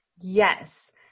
Yes